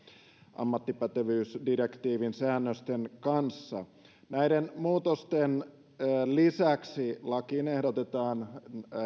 ammattipätevyysdirektiivin säännösten kanssa näiden muutosten lisäksi lakiin ehdotetaan